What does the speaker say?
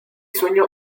sueño